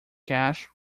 cash